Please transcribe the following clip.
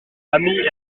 amy